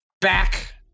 back